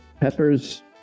Peppers